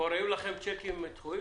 פורעים לכם צ'קים דחויים?